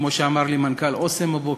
כמו שאמר לי מנכ"ל "אסם" הבוקר,